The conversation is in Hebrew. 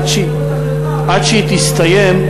עד שהיא תסתיים,